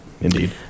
indeed